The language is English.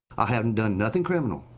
i haven't done nothing criminal.